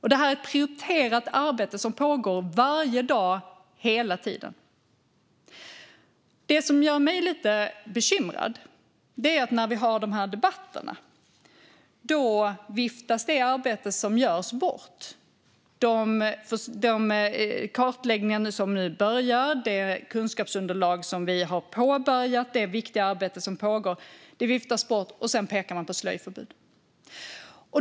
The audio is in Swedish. Detta är ett prioriterat arbete som pågår varje dag, hela tiden. Det som gör mig lite bekymrad är att det arbete som görs viftas bort när vi har de här debatterna. De kartläggningar som nu börjar, det kunskapsunderlag som vi har påbörjat och det viktiga arbete som pågår viftas bort, och sedan pekar man på slöjförbud.